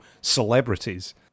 celebrities